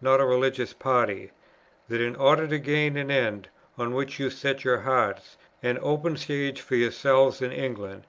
not a religious party that in order to gain an end on which you set your hearts an open stage for yourselves in england